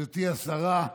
גברתי השרה,